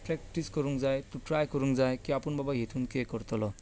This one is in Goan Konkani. प्रॅक्टीस करूंक जाय तूं ट्राय करूंक जाय की आपूण बाबा हातूंत कितें करतलो